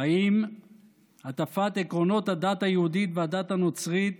אם הטפת עקרונות הדת היהודית והדת הנוצרית